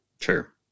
Sure